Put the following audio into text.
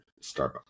Starbucks